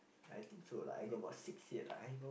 I think so lah I got about six here lah